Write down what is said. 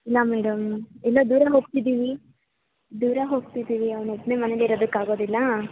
ಇಲ್ಲ ಮೇಡಮ್ ಎಲ್ಲೋ ದೂರ ಹೋಗ್ತಿದ್ದೀವಿ ದೂರ ಹೋಗ್ತಿದ್ದೀವಿ ಅವನೊಬ್ನೇ ಮನೇಲಿರೋದಕ್ಕಾಗೋದಿಲ್ಲ